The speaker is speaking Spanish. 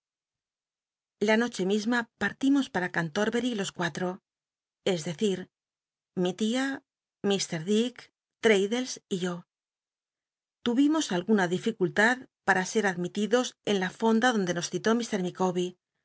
la noche misma partimos para cantorbery los cuatro es decir mi tia illr dick tradclles y yo tu imos alguna dificult ul pma set admitidos en la fonda d ondc nos citó